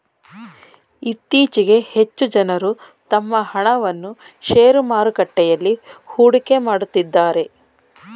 ಇತ್ತೀಚೆಗೆ ಹೆಚ್ಚು ಜನರು ತಮ್ಮ ಹಣವನ್ನು ಶೇರು ಮಾರುಕಟ್ಟೆಯಲ್ಲಿ ಹೂಡಿಕೆ ಮಾಡುತ್ತಿದ್ದಾರೆ